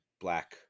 black